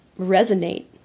resonate